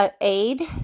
aid